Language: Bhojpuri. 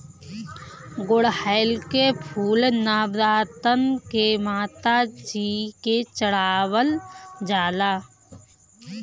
गुड़हल के फूल नवरातन में माता जी के चढ़ावल जाला